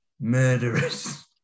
murderers